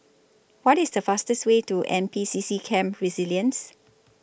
What IS The fastest Way to N P C C Camp Resilience